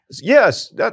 Yes